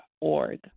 org